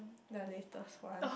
the latest one